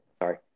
sorry